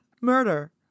Murder